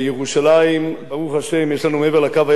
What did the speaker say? יש לנו מעבר ל"קו הירוק" כבר למעלה מ-700,000 יהודים,